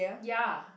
ya